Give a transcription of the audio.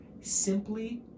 simply